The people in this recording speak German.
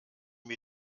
mir